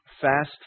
fast